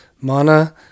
mana